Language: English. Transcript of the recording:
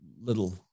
little